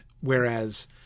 Whereas